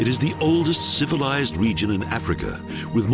it is the oldest civilized region in africa with